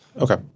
Okay